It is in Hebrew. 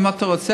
אם אתה רוצה,